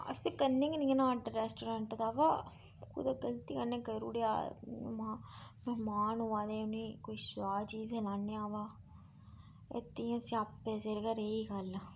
अस ते करने गै नी ऑडर रैस्ट्रोरेंट दा ब कुदै कदें गलती कन्नै करी उड़ेआ महां मेह्मान ओह् आए दे उ'नेंगी कोई सुआद चीज़ खलाने आं अवा इत्त इ'यां स्यापे सिर गै रेही गल्ल